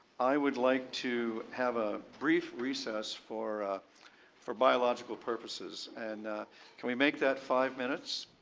i would like to have a brief recess for ah for biological purposes and can we make that five minutes?